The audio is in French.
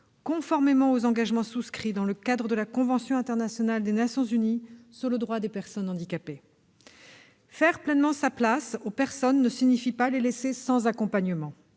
conformément aux engagements souscrits dans le cadre de la convention internationale des Nations unies relative aux droits des personnes handicapées. Donner pleinement leur place aux personnes handicapées signifie non pas les laisser sans accompagnement,